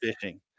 fishing